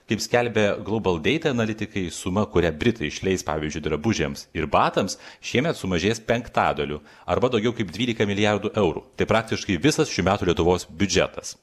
kaip skelbia global data analitikai suma kurią britai išleis pavyzdžiui drabužiams ir batams šiemet sumažės penktadaliu arba daugiau kaip dvylika milijardų eurų tai praktiškai visas šių metų lietuvos biudžetas